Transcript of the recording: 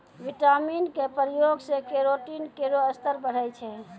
vitamin क प्रयोग सें केरोटीन केरो स्तर बढ़ै छै